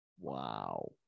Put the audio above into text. wow